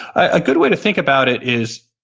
a good way to think about it is,